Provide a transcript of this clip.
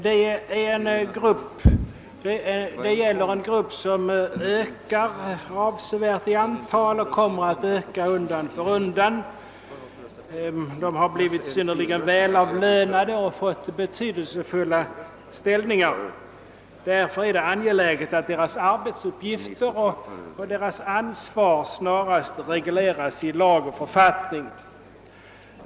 Det gäller en grupp som ökat avsevärt i antal och kommer att öka undan för undan. Dessa tjänstemän har blivit synnerligen välavlönade och fått en betydelsefull ställning. Därför är det angeläget att deras arbetsuppgifter och ansvar snarast regleras i lag och författning.